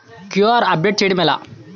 QR update చేయడం ఎలా?